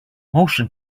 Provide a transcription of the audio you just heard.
motion